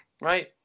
right